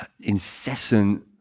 incessant